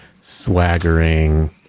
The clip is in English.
swaggering